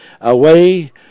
away